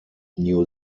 new